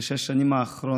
בשש השנים האחרונות.